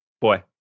Boy